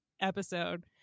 episode